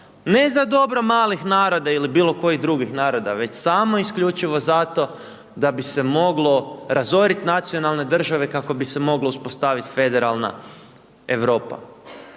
ne za dobro malih naroda ili bilo kojih drugih naroda, već samo isključivo zato da bi se moglo razorit nacionalne države, kako bi se moglo uspostavit Federalna Europa.